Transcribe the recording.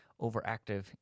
overactive